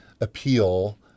appeal